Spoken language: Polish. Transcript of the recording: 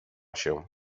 się